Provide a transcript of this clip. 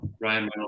Ryan